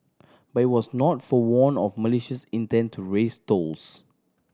but it was not forewarn of Malaysia's intent to raise tolls